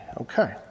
Okay